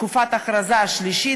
תקופת הכרזה שלישית.